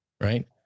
right